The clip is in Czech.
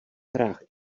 hrách